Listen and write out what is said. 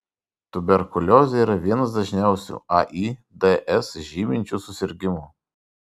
tuberkuliozė yra vienas dažniausių aids žyminčių susirgimų